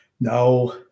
no